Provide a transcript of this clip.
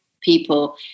people